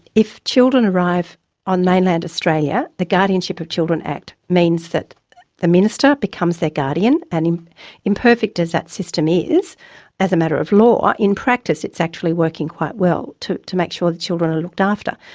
if children arrive on mainland australia, the guardianship of children act means that the minister becomes their guardian, and imperfect as that system is as a matter of law, in practice it's actually working quite well to to make sure the children are looked after.